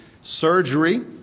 surgery